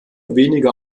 weniger